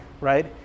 Right